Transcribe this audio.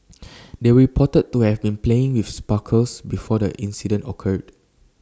they were reported to have been playing with sparklers before the incident occurred